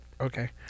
Okay